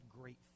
great